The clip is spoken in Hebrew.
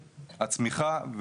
הצמיחה,